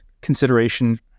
consideration